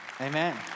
Amen